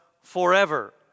forever